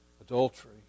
adultery